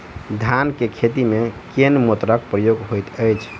धान केँ खेती मे केँ मोटरक प्रयोग होइत अछि?